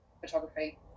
photography